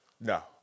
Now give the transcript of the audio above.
No